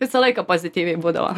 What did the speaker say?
visą laiką pozityviai būdavo